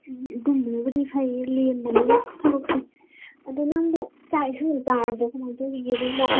ꯑꯗꯨꯒꯨꯝꯕꯅꯕꯨꯗꯤ ꯐꯩꯌꯦ ꯂꯦꯝꯕꯅꯤꯅ ꯊꯕꯛꯇꯣ ꯑꯗꯣ ꯅꯪꯕꯨ ꯆꯥꯛ ꯏꯁꯤꯡꯒ ꯆꯥꯔꯕꯣ ꯀꯃꯥꯏ ꯇꯧꯔꯤꯒꯦ ꯅꯪꯕꯣ